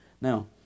Now